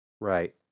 right